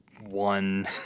one